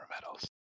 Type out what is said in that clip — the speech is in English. medals